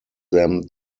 them